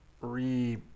re –